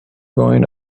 going